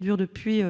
dure depuis